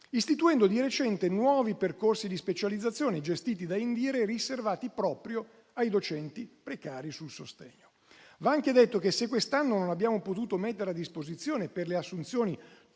istituendo di recente nuovi percorsi di specializzazione gestiti da INDIRE, riservati proprio ai docenti precari sul sostegno. Va anche detto che, se quest'anno non abbiamo potuto mettere a disposizione per le assunzioni